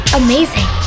amazing